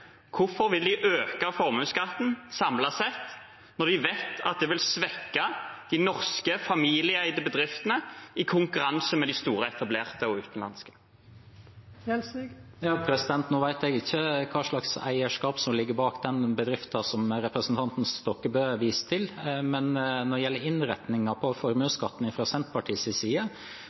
Hvorfor vil de øke formuesskatten samlet sett når de vet at det vil svekke de norske, familieeide bedriftene i konkurranse med de store, etablerte og utenlandske? Nå vet jeg ikke hva slags eierskap som ligger bak den bedriften som representanten Stokkebø viser til, men når det gjelder innretningen av formuesskatten, har vi fra Senterpartiets side